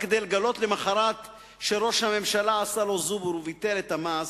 רק כדי לגלות למחרת שראש הממשלה עשה לו זובור וביטל את המס,